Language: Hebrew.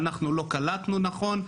או שאנחנו לא קלטנו נכון.